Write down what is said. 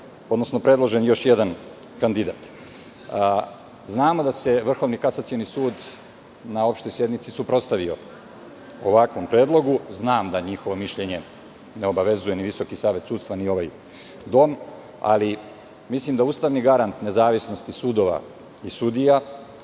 odnosno predložen još jedan kandidat. Znamo da se Vrhovni kasacioni sud na opštoj sednici suprotstavio ovakvom predlogu. Znam da njihovo mišljenje ne obavezuje ni Visoki savet sudstva, ni ovaj dom, ali mislim da je ustavni garant nezavisnosti sudova i sudija